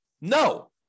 No